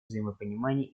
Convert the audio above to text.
взаимопонимания